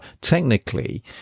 technically